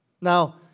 Now